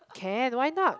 can why not